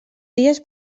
dies